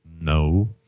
No